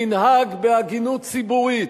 תנהג בהגינות ציבורית,